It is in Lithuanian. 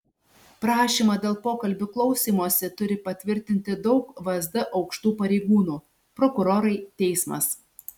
prašymą dėl pokalbių klausymosi turi patvirtinti daug vsd aukštų pareigūnų prokurorai teismas